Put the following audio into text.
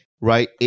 right